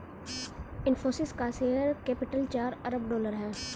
इनफ़ोसिस का share capital चार अरब डॉलर है